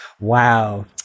Wow